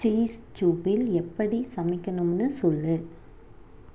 cheese சூப்பில் எப்படி சமைக்கணும்னு சொல்